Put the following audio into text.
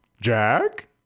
Jack